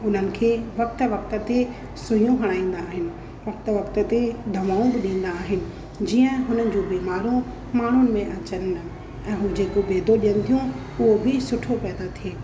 उन्हनि खे वक़्त वक़्त ते सुइयूं हणाईंदा आहिनि वक़्त वक़्त ते दवाऊं बि ॾींदा आहिनि जीअं हुननि जूं बीमारियूं माण्हू में अचनि ई न ऐं उहे जेको बेदो ॾियनि थियूं उहो बि सुठो पैदा थिए